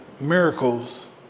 miracles